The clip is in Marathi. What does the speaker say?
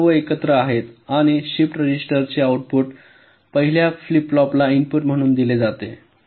हे सर्व एकत्र आहेत आणि शिफ्ट रजिस्टरचे आउटपुट पहिल्या फ्लिप फ्लॉपला इनपुट म्हणून दिले जाते